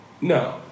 No